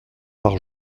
par